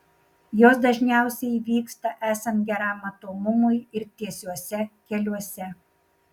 jos dažniausiai įvyksta esant geram matomumui ir tiesiuose keliuose